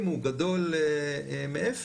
אם הוא גדול מאפס,